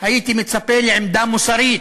הייתי מצפה לעמדה מוסרית,